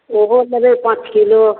ओहो लेबै पाँच किलो